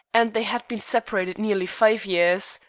and they had been separated nearly five years.